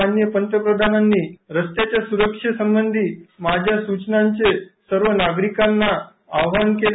माननीय पंतप्रधानांनी रस्त्याच्या सुरक्षेसंबंधी माझ्या सूचनांचे सर्व नागरिकांना आवाहन केले